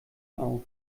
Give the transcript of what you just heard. auf